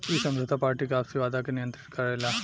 इ समझौता पार्टी के आपसी वादा के नियंत्रित करेला